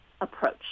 approach